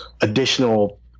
additional